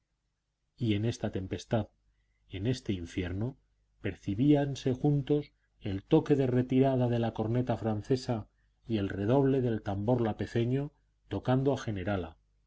y en esta tempestad en este infierno percibíanse juntos el toque de retirada de la corneta francesa y el redoble del tambor lapezeño tocando a generala